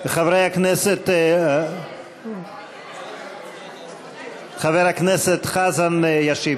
חברי הכנסת, חבר הכנסת חזן ישיב.